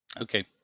Okay